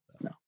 no